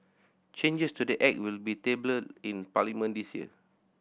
changes to the Act will be tabled in Parliament this year